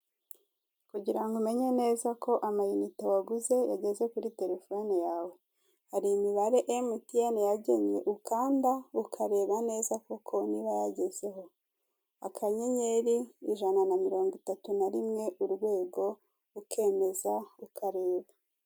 Kugira ngo umenye neza ko amayinite waguze yageze kuri telefone yawe. Hari imibare emutiyene yangennye ukanda ukareba neza koko niba yagezeho, akanyenyeri ijana na mirongo itatu na rimwe urwego ukemeza ukareba.